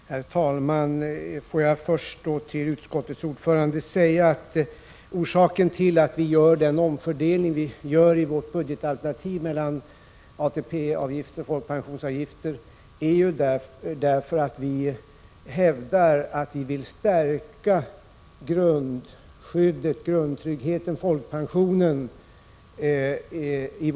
Herr talman! Får jag först till utskottets ordförande säga att orsaken till att vi gör den omfördelning vi gör i vårt budgetalternativ mellan ATP-avgifter och folkpensionsavgifter är att vi hävdar att vi vill stärka den grundtrygghet som folkpensionen ger.